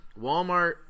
Walmart